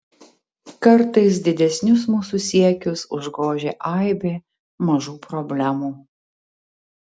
kartais didesnius mūsų siekius užgožia aibė mažų problemų